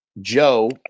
Joe